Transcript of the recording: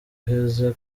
uheze